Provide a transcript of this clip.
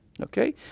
Okay